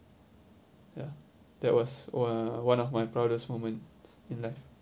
ya that was o~ one of my proudest moment in life